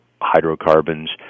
hydrocarbons